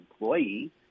employee